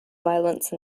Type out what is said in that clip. violence